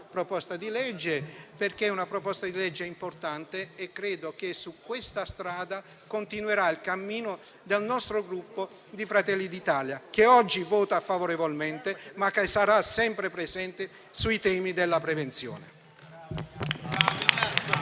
proposta di legge, che è importante. Credo che su questa strada continuerà il cammino del Gruppo Fratelli d'Italia, che oggi vota favorevolmente e che sarà sempre presente sui temi della prevenzione.